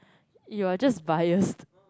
you're just biased